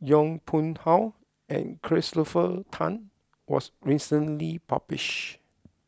Yong Pung How and Christopher Tan was recently published